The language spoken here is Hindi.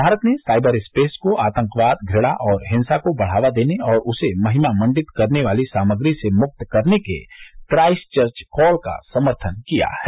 भारत ने साइबर स्पेस को आतंकवाद घृणा और हिंसा को बढ़ावा देने और उसे महिमा मंडित करने वाली सामग्री से मुक्त करने के क्राइस्टचर्च कॉल का समर्थन किया है